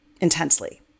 intensely